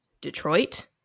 Detroit